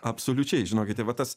absoliučiai žinokite va tas